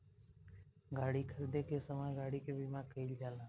गाड़ी खरीदे के समय गाड़ी के बीमा कईल जाला